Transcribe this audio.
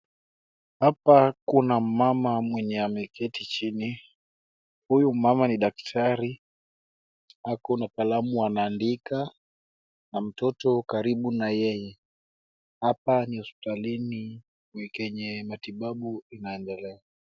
Hapa kuna mama mwenye ameketi chini. Huyu mama ni daktari, ako na kalamu anaandika na mtoto karibu na yeye. Hapa ni hospitalini kwenye matibabu inaendelea.